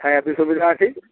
ଖାଇବା ବି ସୁବିଧା ଅଛି